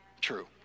true